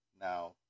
Now